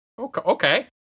Okay